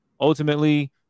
Ultimately